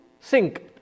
sink